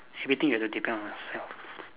everything you have to depend on yourself